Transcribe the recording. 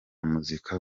muzika